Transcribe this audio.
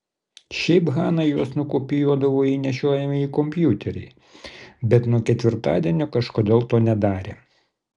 šiaip hana juos nukopijuodavo į nešiojamąjį kompiuterį bet nuo ketvirtadienio kažkodėl to nedarė